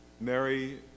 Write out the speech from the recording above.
Mary